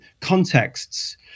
contexts